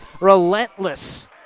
relentless